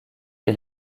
est